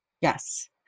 Yes